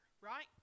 right